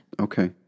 Okay